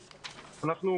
עצמם.